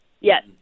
Yes